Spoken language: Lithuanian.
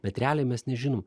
bet realiai mes nežinom